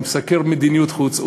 הוא מסקר מדיניות חוץ,